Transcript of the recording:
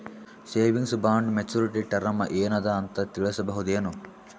Savings bond maturity term ಏನ ಅದ ಅಂತ ತಿಳಸಬಹುದೇನು?